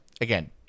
Again